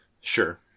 Sure